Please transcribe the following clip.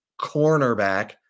cornerback